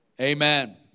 Amen